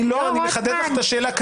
אני מחדד לך את השאלה.